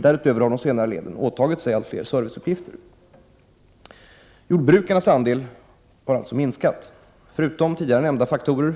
Därutöver har de senare leden åtagit sig allt fler serviceuppgifter. Jordbrukarnas andel har således minskat. Förutom tidigare nämnda faktorer